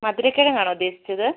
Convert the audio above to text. മധുര കിഴങ്ങാണോ ഉദ്ദേശിച്ചത്